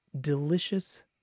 delicious